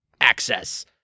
Access